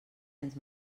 ens